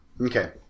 okay